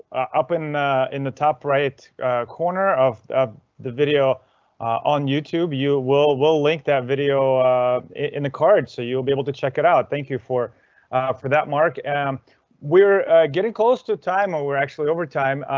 up in in the top right corner of ah the video on youtube, we'll we'll link that video in the card, so you'll be able to check it out. thank you for for that, mark. and um we're getting close to time, or. we're actually overtime.